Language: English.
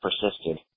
persisted